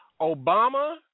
Obama